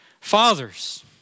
fathers